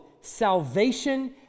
salvation